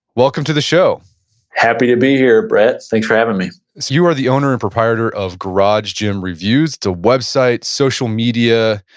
welcome to the show happy to be here, brett. thanks for having me so you are the owner and proprietor of garage gym reviews, the website, social media,